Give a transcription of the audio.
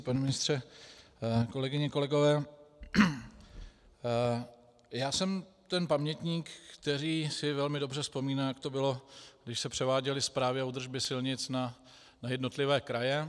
Pane ministře, kolegyně, kolegové, já jsem ten pamětník, který si velmi dobře vzpomíná, jak to bylo, když se převáděly správy a údržby silnic na jednotlivé kraje.